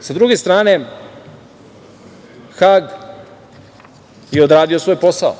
Sa druge strane, Hag je odradio svoj posao.